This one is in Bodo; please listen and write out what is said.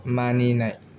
मानिनाय